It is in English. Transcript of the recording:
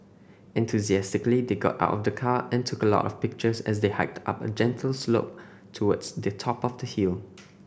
enthusiastically they got out of the car and took a lot of pictures as they hiked up a gentle slope towards the top of the hill